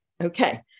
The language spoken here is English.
Okay